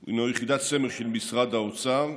והוא יחידת סמך של משרד האוצר,